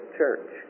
church